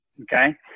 okay